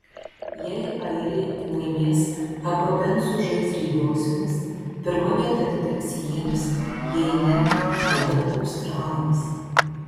jei airiai laimės arba bent sužais lygiosiomis pirma vieta atiteks jiems jei ne tada australams